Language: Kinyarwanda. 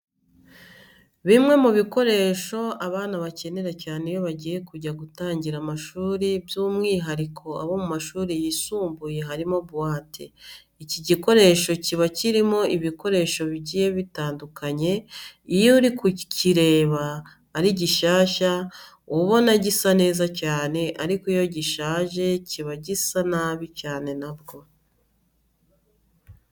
Bimwe mu bikoresho abana bakenera cyane iyo bagiye kujya gutangira amashuri by'umwihariko abo mu mashuri yisumbuye harimo buwate. Iki gikoresho kiba kirimo ibikoresho bigiye bitandukanye. Iyo uri kukireba ari gishyashya uba ubona gisa neza cyane ariko iyo gishaje kiba gisa nabi cyane na bwo.